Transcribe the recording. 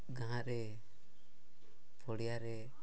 ଗାଁରେ ପଡ଼ିଆରେ